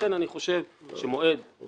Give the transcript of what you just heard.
לכן אני חושב שמועד שהוא